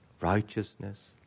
righteousness